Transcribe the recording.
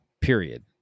Period